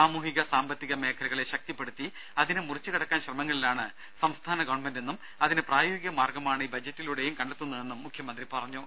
സാമൂഹിക സാമ്പത്തിക മേഖലകളെ ശക്തിപ്പെടുത്തി അതിനെ മുറിച്ചുകടക്കാൻ ശ്രമങ്ങളിലാണ് സംസ്ഥാന ഗവൺമെന്റെന്നും അതിന് പ്രായോഗിക മാർഗമാണ് ഈ ബജറ്റിലൂടെയും കണ്ടെത്തുന്നതെന്നും മുഖ്യമന്ത്രി പറഞ്ഞു